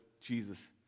Jesus